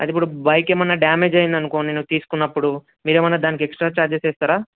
అయితే ఇప్పుడు బైక్ ఏమైనా డామేజ్ అయిందనుకో నేను తీసుకున్నప్పుడు మీరు ఏమైనా దానికి ఎక్స్ట్రా ఛార్జెస్ వేస్తారా